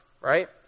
Right